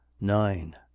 nine